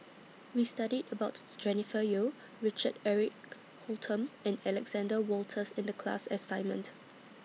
We studied about Jennifer Yeo Richard Eric Holttum and Alexander Wolters in The class assignment